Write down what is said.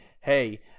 hey